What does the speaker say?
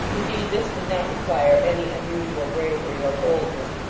indeed this did not require any unusual bravery or boldness,